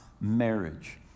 marriage